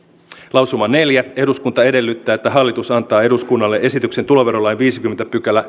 lausuma neljä eduskunta edellyttää että hallitus antaa eduskunnalle esityksen tuloverolain viideskymmenes pykälä